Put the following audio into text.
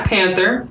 Panther